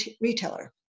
retailer